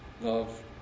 love